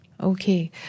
Okay